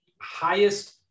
highest